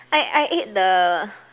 I I ate the